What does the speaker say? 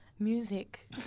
Music